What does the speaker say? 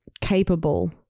capable